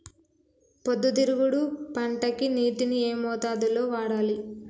పొద్దుతిరుగుడు పంటకి నీటిని ఏ మోతాదు లో వాడాలి?